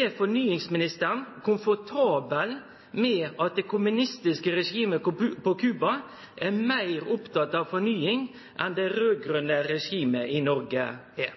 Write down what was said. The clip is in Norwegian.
Er fornyingsministeren komfortabel med at det kommunistiske regimet på Cuba er meir oppteke av fornying enn det raud-grøne regimet i Noreg er?